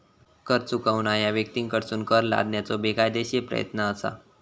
कर चुकवणा ह्या व्यक्तींकडसून कर लादण्याचो बेकायदेशीर प्रयत्न असा